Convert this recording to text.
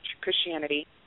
Christianity